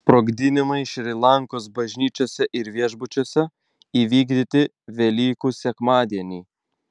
sprogdinimai šri lankos bažnyčiose ir viešbučiuose įvykdyti velykų sekmadienį